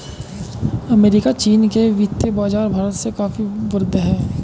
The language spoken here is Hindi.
अमेरिका चीन के वित्तीय बाज़ार भारत से काफी वृहद हैं